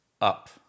up